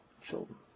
children